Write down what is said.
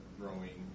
growing